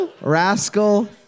Rascal